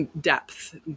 depth